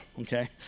okay